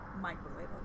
microwave